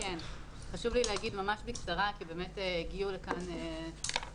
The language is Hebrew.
חשוב לי להגיד ממש בקצרה כי באמת הגיעו לכאן פעילים,